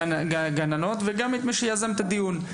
גם את הגננות וגם את מי שיזם את הדיון,